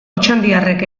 otxandiarrek